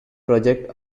project